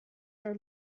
are